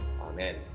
amen